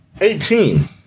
Eighteen